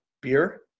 beer